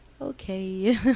okay